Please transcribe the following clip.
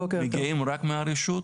מגיעים רק מהרשות?